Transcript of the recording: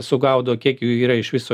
sugaudo kiek jų yra iš viso